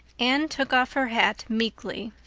anne took off her hat meekly.